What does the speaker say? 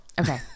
okay